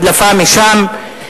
הדלפה משם,